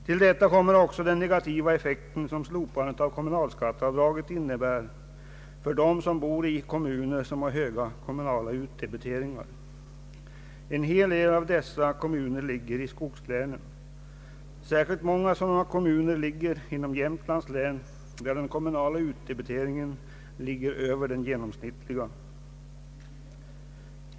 Till detta kommer också den negativa effekt som slopandet av kommunalskatteavdraget innebär för dem som bor i kommuner med höga kommunala utdebiteringar. En hel del av dessa kommuner ligger inom skogslänen. Särskilt många sådana kommuner ligger inom Jämtlands län, där den kommunala utdebiteringen är högre än den genomsnittliga.